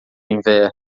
inverno